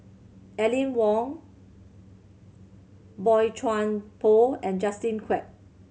Aline Wong Boey Chuan Poh and Justin Quek